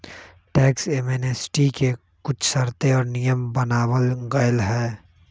tax amnesty के कुछ शर्तें और नियम बनावल गयले है